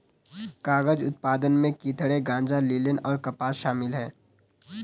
कागज उत्पादन में चिथड़े गांजा लिनेन और कपास शामिल है